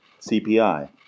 CPI